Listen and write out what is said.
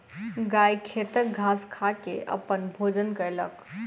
गाय खेतक घास खा के अपन भोजन कयलक